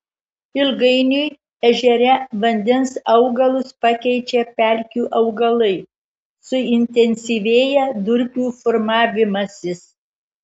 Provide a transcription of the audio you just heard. ilgainiui ežere vandens augalus pakeičia pelkių augalai suintensyvėja durpių formavimasis